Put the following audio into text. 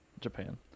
Japan